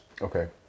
Okay